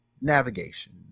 navigation